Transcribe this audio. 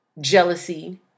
jealousy